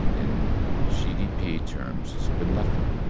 in gdp terms, it's been nothing,